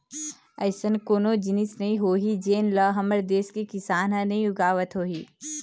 अइसन कोनो जिनिस नइ होही जेन ल हमर देस के किसान ह नइ उगावत होही